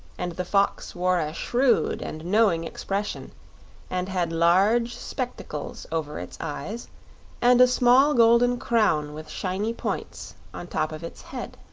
and the fox wore a shrewd and knowing expression and had large spectacles over its eyes and a small golden crown with shiny points on top of its head.